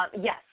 yes